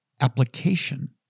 application